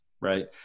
Right